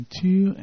two